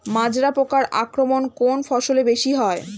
মাজরা পোকার আক্রমণ কোন ফসলে বেশি হয়?